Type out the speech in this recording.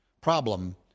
problem